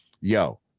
Yo